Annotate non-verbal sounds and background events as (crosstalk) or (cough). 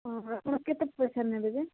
(unintelligible) ଆପଣ କେତେ ପଇସାରେ ନେବେ ଯେ